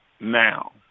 now